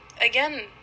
again